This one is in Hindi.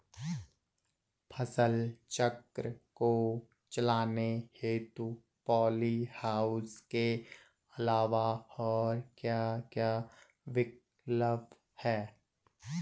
फसल चक्र को चलाने हेतु पॉली हाउस के अलावा और क्या क्या विकल्प हैं?